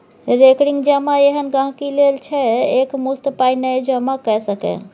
recurring जमा एहन गांहिकी लेल छै जे एकमुश्त पाइ नहि जमा कए सकैए